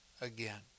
again